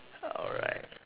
alright